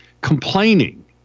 complaining